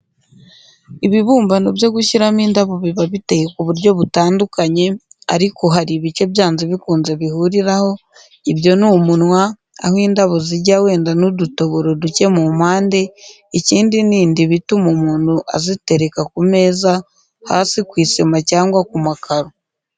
Ibibumbano byo gushyiramo indabo biba biteye ku buryo butandukanye ariko hari ibice byanze bikunze bihuriraho; ibyo ni, umunwa, aho indabo zijya wenda n'udutoboro duke mu mpande, ikindi ni indiba ituma umuntu azitereka ku meza, hasi ku isima cyangwa ku makaro.